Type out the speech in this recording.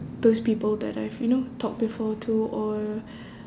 those people that I've you know talked before to or